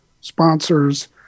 sponsors